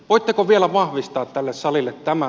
voitteko vielä vahvistaa tälle salille tämän